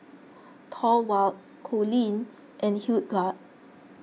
Thorwald Coleen and Hildegard